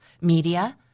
media